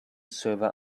server